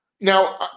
Now